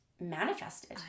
manifested